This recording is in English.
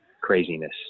craziness